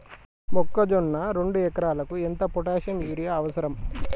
మొక్కజొన్న రెండు ఎకరాలకు ఎంత పొటాషియం యూరియా అవసరం?